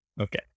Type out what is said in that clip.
Okay